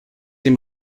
dem